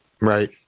Right